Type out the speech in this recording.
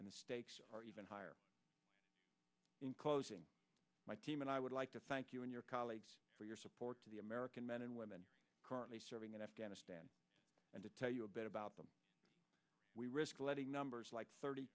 and the stakes are even higher in closing my team and i would like to thank you and your colleagues for your support to the american men and women currently serving in afghanistan and to tell you a bit about them we risk letting numbers like thirty